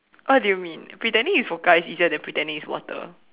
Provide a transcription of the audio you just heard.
what do you mean pretending it's vodka is easier than pretending it's water